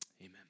Amen